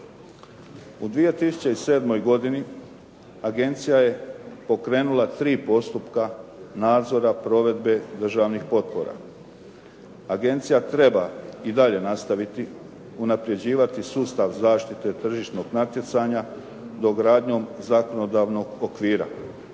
U 2007. godini agencija je pokrenula tri postupka nadzora provedbe državnih potpora. Agencija treba i dalje nastaviti unapređivati sustav zaštite tržišnog natjecanja dogradnjom zakonodavnog okvira.